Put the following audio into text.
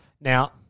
Now